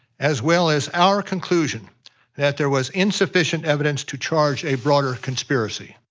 as well as our conclusion that there was insufficient evidence to charge a broader conspiracy.